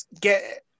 get